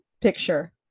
picture